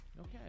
Okay